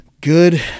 good